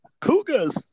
Cougars